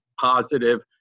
positive